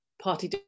party